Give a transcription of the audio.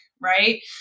Right